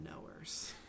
knowers